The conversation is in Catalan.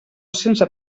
sense